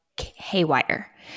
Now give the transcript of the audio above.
haywire